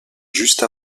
juste